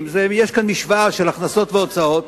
יש כאן משוואה של הכנסות והוצאות.